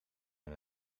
hun